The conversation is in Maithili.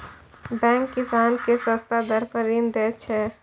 बैंक किसान केँ सस्ता दर पर ऋण दैत छै